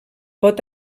pot